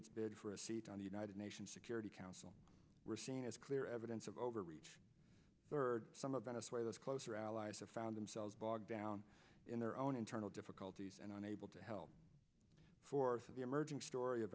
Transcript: its bid for a seat on the united nations security council were seen as clear evidence of overreach third some about us where those closer allies have found themselves bogged down in their own internal difficulties and unable to help fourth of the emerging story of